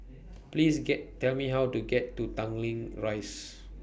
Please get Tell Me How to get to Tanglin Rise